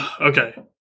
Okay